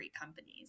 companies